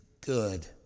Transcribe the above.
good